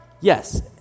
Yes